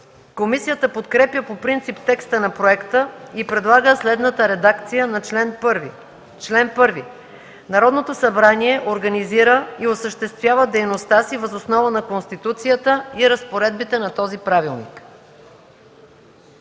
комисията подкрепя по принцип текста на проекта и предлага следната редакция на чл. 1: „Чл. 1. Народното събрание организира и осъществява дейността си въз основа на Конституцията и разпоредбите на този правилник.”